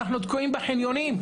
אנחנו תקועים בחניונים,